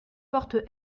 porte